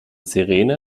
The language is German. sirene